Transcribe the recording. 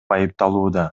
айыпталууда